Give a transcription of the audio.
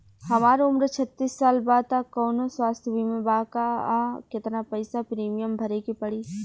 हमार उम्र छत्तिस साल बा त कौनों स्वास्थ्य बीमा बा का आ केतना पईसा प्रीमियम भरे के पड़ी?